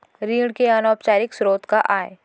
ऋण के अनौपचारिक स्रोत का आय?